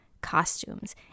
costumes